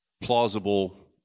plausible